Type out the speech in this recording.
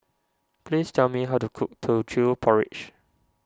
please tell me how to cook Teochew Porridge